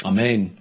Amen